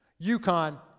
UConn